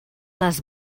les